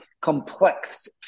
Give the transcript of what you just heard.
complex